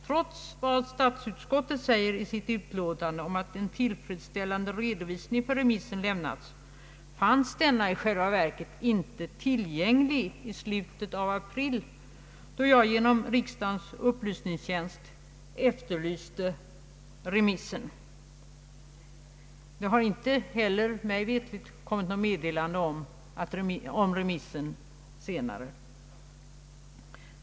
Trots vad statsutskottet säger i sitt utlåtande om att tillfredsställande redovisning för remissen lämnats fanns denna i själva verket inte tillgänglig i slutet av april, då jag genom riksdagens upplysningstjänst efterlyste den. Det har heller inte mig veterligt kommit något meddelande om remissen senare.